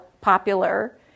popular